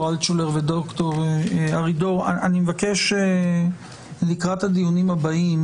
אלטשולר וד"ר ארידור אני מבקש לקראת הדיונים הבאים